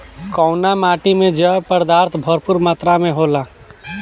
कउना माटी मे जैव पदार्थ भरपूर मात्रा में होला?